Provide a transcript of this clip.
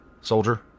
soldier